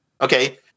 Okay